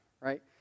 right